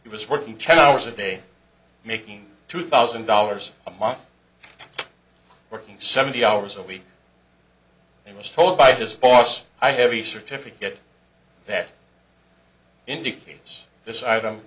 he was working ten hours a day making two thousand dollars a month working seventy hours a week he was told by his boss i have the certificate that indicates this item